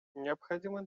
необходимо